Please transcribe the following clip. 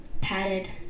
padded